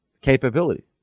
capability